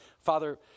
Father